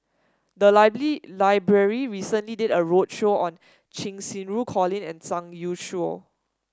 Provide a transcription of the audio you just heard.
the library recently did a roadshow on Cheng Xinru Colin and Zhang Youshuo